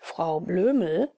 frau blöhmel